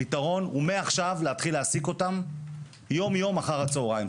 הפתרון הוא מעכשיו להתחיל להעסיק אותן יום-יום אחר הצוהריים,